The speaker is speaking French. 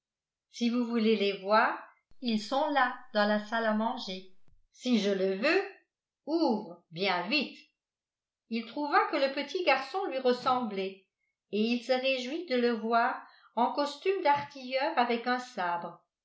si vous voulez les voir ils sont là dans la salle à manger si je le veux ouvre bien vite il trouva que le petit garçon lui ressemblait et il se réjouit de le voir en costume d'artilleur avec un sabre